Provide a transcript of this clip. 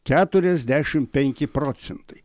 keturiasdešimt penki procentai